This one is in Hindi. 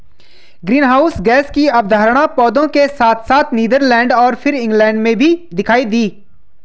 ग्रीनहाउस की अवधारणा पौधों के साथ साथ नीदरलैंड और फिर इंग्लैंड में भी दिखाई दी